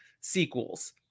sequels